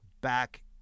back